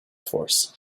force